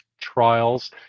trials